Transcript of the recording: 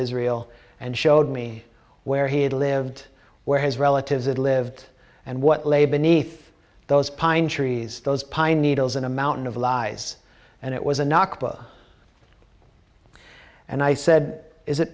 israel and showed me where he had lived where his relatives had lived and what lay beneath those pine trees those pine needles in a mountain of lies and it was a nakba and i said is it